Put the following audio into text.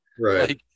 Right